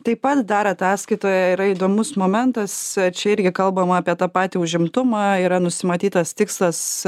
taip pat dar ataskaitoje yra įdomus momentas čia irgi kalbama apie tą patį užimtumą yra nusimatytas tikslas